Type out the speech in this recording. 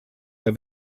der